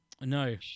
No